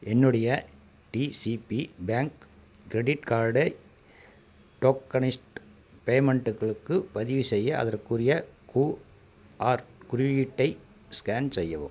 என்னுடைய DCB bank credit கார்டை tokenised பேமெண்ட்டுகளுக்கு பதிவுசெய்ய அதற்குரிய குஆர் குறியீட்டை ஸ்கேன் செய்யவும்